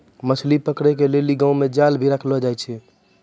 मछली पकड़े के लेली गांव मे जाल भी रखलो जाए छै